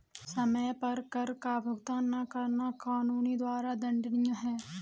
समय पर कर का भुगतान न करना कानून द्वारा दंडनीय है